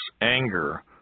anger